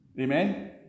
Amen